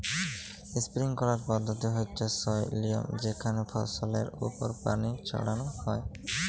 sprinkler পদ্ধতি হচ্যে সই লিয়ম যেখানে ফসলের ওপর পানি ছড়ান হয়